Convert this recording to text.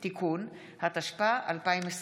(תיקון), התשפ"א 2021,